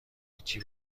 هیچی